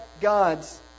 God's